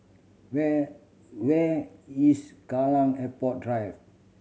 where where is Kallang Airport Drive